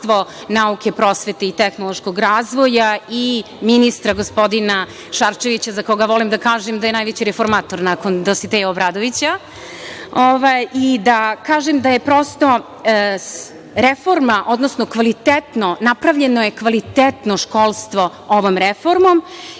nauke, prosvete i tehnološkog razvoja i ministra, gospodina Šarčevića, za koga volim da kažem da je najveći reformator nakon Dositeja Obradovića i da kažem da je prosto reforma, odnosno da je napravljeno kvalitetno školstvo ovom reformom